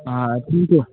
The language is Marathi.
हां थँक्यू